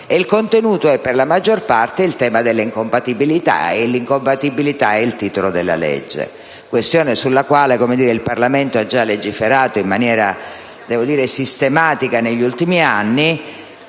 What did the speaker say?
rappresentato, per la maggior parte, dal tema delle incompatibilità, come si evince dal titolo della legge, questione sulla quale il Parlamento ha già legiferato in maniera sistematica negli ultimi anni,